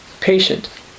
patient